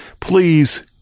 please